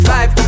Five